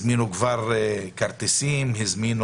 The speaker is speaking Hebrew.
הזמינו כבר כרטיסים, הזמינו